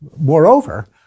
Moreover